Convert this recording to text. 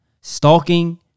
stalking